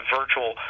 virtual